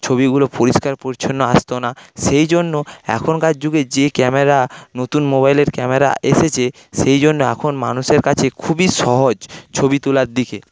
ছবিগুলো পরিষ্কার পরিচ্ছন্ন আসতো না সেইজন্য এখনকার যুগে যে ক্যামেরা নতুন মোবাইলের ক্যামেরা এসেছে সেইজন্য এখন মানুষের কাছে খুবই সহজ ছবি তোলার দিকে